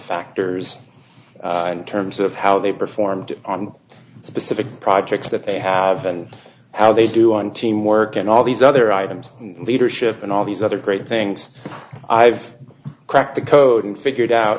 factors in terms of how they performed on specific projects that they have and how they do on teamwork and all these other items leadership and all these other great things i've cracked the code and figured out